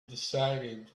decided